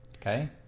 Okay